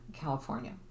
California